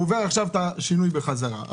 הוא עובר עכשיו את השינוי בחזרה.